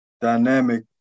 dynamic